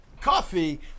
Coffee